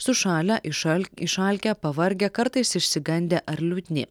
sušalę išal išalkę pavargę kartais išsigandę ar liūdni